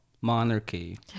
monarchy